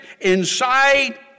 inside